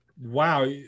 wow